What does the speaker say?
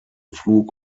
flug